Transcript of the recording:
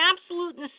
absolute